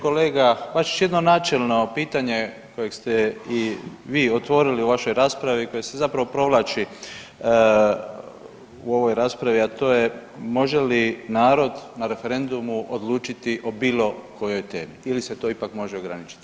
Kolega Bačić, jedno načelno pitanje kojeg ste i vi otvorili u vašoj raspravi, koje se zapravo provlači u ovoj raspravi, a to je može li narod na referendumu odlučiti o bilo kojoj temi ili se to ipak može ograničiti?